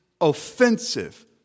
offensive